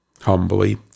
humbly